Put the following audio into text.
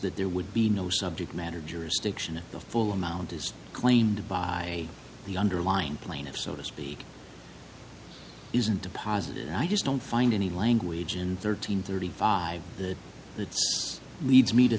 that there would be no subject matter jurisdiction of the full amount is claimed by the underlined plaintiff so to speak isn't a positive and i just don't find any language and thirteen thirty five the that's leads me to